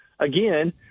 Again